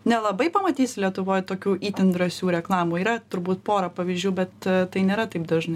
nelabai pamatysi lietuvoj tokių itin drąsių reklamų yra turbūt pora pavyzdžių bet tai nėra taip dažnai